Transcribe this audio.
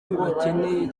bibakeneye